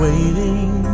Waiting